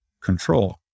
control